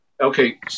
Okay